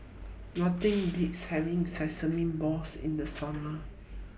Nothing Beats having Sesame Balls in The Summer